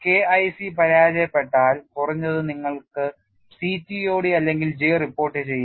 K IC പരാജയപ്പെട്ടാൽ കുറഞ്ഞത് നിങ്ങൾക്ക് CTOD അല്ലെങ്കിൽ J റിപ്പോർട്ടുചെയ്യാം